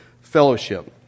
fellowship